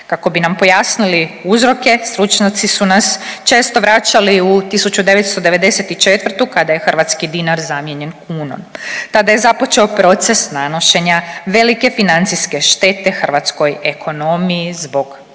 Kako bi nam pojasnili uzroke, stručnjaci su nas često vraćali u 1994. kada je hrvatski dinar zamijenjen kunom. Tada je započeo proces nanošenja velike financijske štete hrvatskoj ekonomiji zbog